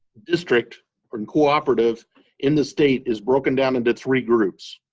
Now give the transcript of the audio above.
district but and cooperative in the state is broken down into three groups.